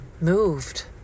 moved